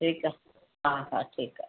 ठीकु आहे हा हा ठीकु आहे